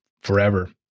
forever